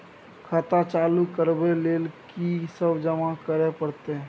खाता चालू करबै लेल की सब जमा करै परतै?